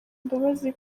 imbabazi